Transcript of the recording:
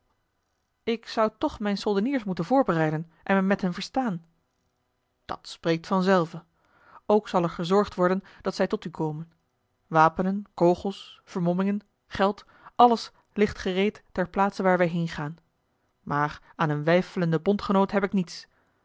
ik zou toch mijne soldeniers moeten voorbereiden en mij met hen verstaan a l g bosboom-toussaint de delftsche wonderdokter eel at spreekt vanzelve ook zal er gezorgd worden dat zij tot u komen wapenen kogels vermommingen geld alles ligt gereed ter plaatse waar wij heengaan maar aan een weifelenden bondgenoot heb ik niets